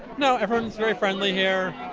no! everyone! s very friendly here.